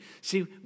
See